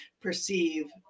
perceive